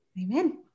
Amen